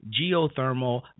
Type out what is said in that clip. geothermal